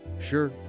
Sure